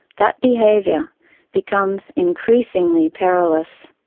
that behaviour becomes increasingly perilous.